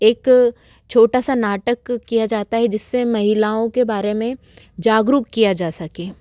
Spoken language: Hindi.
एक छोटा सा नाटक किया जाता है जिस्से महिलाओं के बारे में जागरुक किया जा सके